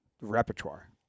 repertoire